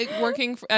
working